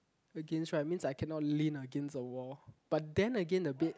against right means I cannot lean against the wall but then again the bed